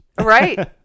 Right